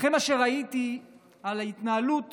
אחרי מה שראיתי על ההתנהלות